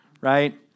right